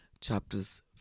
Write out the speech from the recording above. chapters